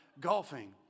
golfing